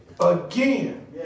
again